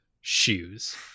shoes